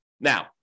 Now